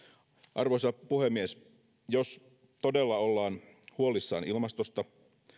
arvoisa puhemies jos todella ollaan huolissaan ilmastosta